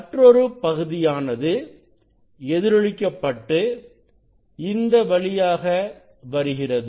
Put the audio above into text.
மற்றொரு பகுதியானது எதிரொலிக்க பட்டு இந்த வழியாக வருகிறது